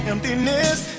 Emptiness